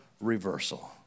reversal